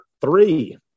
three